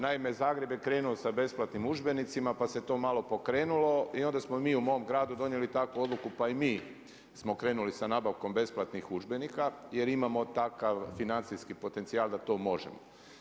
Naime, Zagreb je krenuo sa besplatnim udžbenicima pa se to malo pokrenulo i onda smo mi u mom gradu donijeli takvu odluku pa i mi smo krenuli sa nabavkom besplatnih udžbenika jer imamo takav financijski potencijal da to možemo.